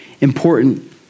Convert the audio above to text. important